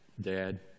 Dad